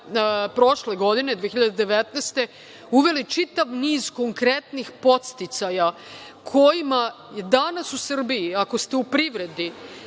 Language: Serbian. prošle 2019. godine, uveli čitav niz konkretnih podsticaja, kojima danas u Srbiji, ako ste u privredi,